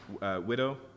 widow